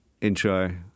intro